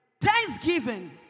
Thanksgiving